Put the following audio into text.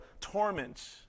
torment